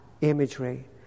imagery